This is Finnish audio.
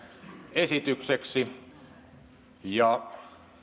esitykseksi